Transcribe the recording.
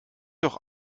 doch